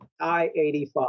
I-85